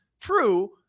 True